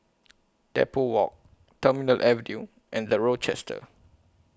Depot Walk Terminal Avenue and The Rochester